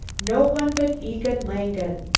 no one but egon langen,